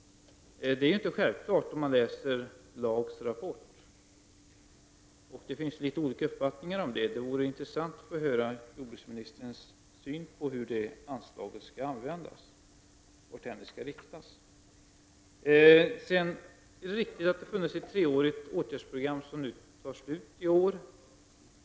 Det är inte självklart, om man läser LAG:s rapport. Det finns litet olika uppfattningar om det. Det vore intressant att få höra jordbruksministerns syn på hur det anslaget skall användas, varthän det skall riktas. Det är riktigt att det har funnits ett treårigt åtgärdsprogram som upphör i år.